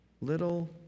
little